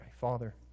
Father